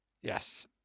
Yes